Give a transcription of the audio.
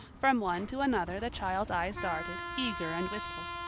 from one to another the child's eyes darted, eager and wistful.